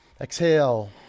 Exhale